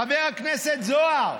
חבר הכנסת זוהר,